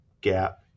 gap